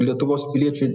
lietuvos piliečiai tai kad